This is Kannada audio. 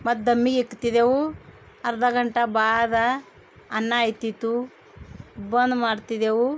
ಮತ್ತು ದಮ್ಮಿಗೆ ಇಕ್ತಿದ್ದೆವು ಅರ್ಧ ಗಂಟೆ ಬಾದ ಅನ್ನ ಆಯ್ತಿತ್ತು ಬಂದು ಮಾಡ್ತಿದ್ದೆವು